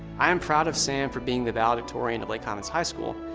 i am proud of sam for being the valedictorian of lake highlands high school,